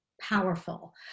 powerful